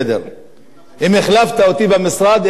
אם החלפת אותי במשרד, אין לי ספק שתעשה את זה.